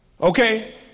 Okay